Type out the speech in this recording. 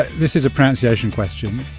this is a pronunciation question.